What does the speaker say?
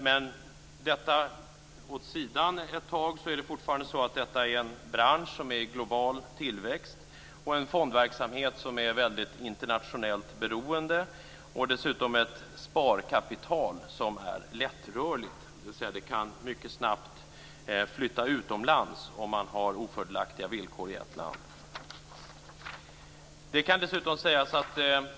Men detta är fortfarande en bransch med global tillväxt, med en fondverksamhet som är internationellt beroende och ett lättrörligt sparkapital - med ofördelaktiga villkor i ett land flyttar kapitalet utomlands.